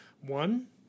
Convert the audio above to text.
One